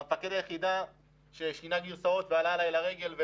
מפקד היחידה ששינה גרסאות ועלה אלי לרגל,